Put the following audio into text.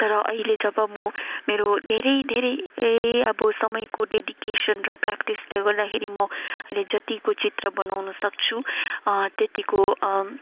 तर अहिले जब म मेरो धेरै धेरै अब समयको डेडिकेसन र प्र्याक्टिसले गर्दाखेरि म अहिले जतिको चित्र बनाउनु सक्छु त्यतिको